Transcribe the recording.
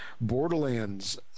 Borderlands